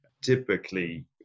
Typically